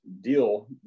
deal